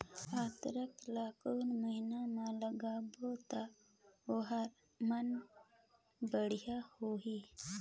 अदरक ला कोन महीना मा लगाबो ता ओहार मान बेडिया होही?